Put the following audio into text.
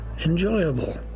enjoyable